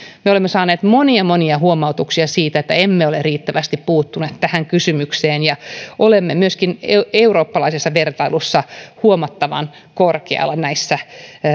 me olemme saaneet monia monia huomautuksia siitä että emme ole riittävästi puuttuneet tähän kysymykseen ja olemme myöskin eurooppalaisessa vertailussa huomattavan korkealla näissä